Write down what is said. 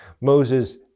Moses